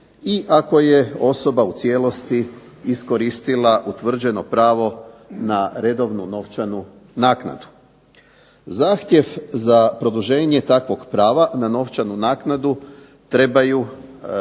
i ako je osoba u cijelosti iskoristila utvrđeno pravo na redovnu novčanu naknadu. Zahtjev za produženje takvog prava na novčanu naknadu trebaju